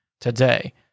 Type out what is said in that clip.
today